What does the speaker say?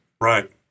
Right